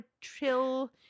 chill